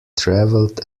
travelled